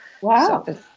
Wow